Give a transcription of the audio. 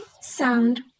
sound